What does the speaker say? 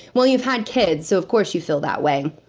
well, you've had kids, so of course you feel that way.